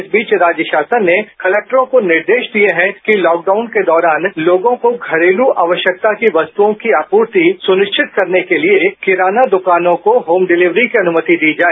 इस बीच राज्य शासन ने कलेक्टरों को निर्देश दिए हैं की लॉकडाउन के दौरान लोगों को घरेलू आवश्यकता की वस्तुओं की आपूर्ति सुनिश्चित करने के लिए किराना दुकानों को होम डिलीवरी की अनुमति दी जाए